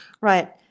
right